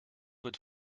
wird